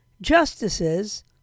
justices